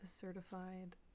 certified